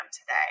today